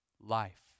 life